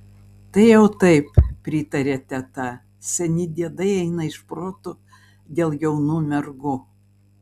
tai jau taip pritarė teta seni diedai eina iš proto dėl jaunų mergų